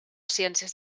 ciències